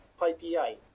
PyPI